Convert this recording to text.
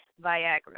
Viagra